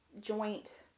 joint